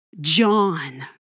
john